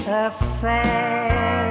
affair